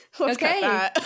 okay